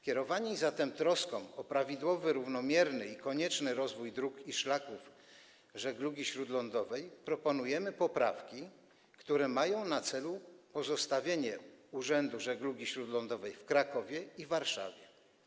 Kierowani zatem troską o prawidłowy, równomierny i konieczny rozwój dróg i szlaków żeglugi śródlądowej proponujemy poprawki, które mają na celu pozostawienie Urzędów Żeglugi Śródlądowej w Krakowie i Warszawie.